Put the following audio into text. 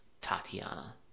Tatiana